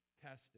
tested